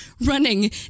running